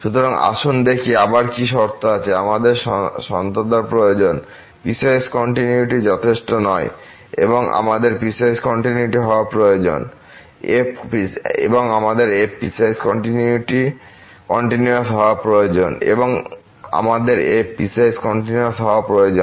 সুতরাং আসুন দেখি আবার কি শর্ত আছে আমাদের সন্ততা প্রয়োজন পিসওয়াইস কন্টিনিউয়িটি যথেষ্ট নয় এবং আমাদের f পিসওয়াইস কন্টিনিউয়াস হওয়ার প্রয়োজন